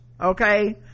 Okay